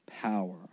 power